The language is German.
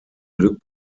glück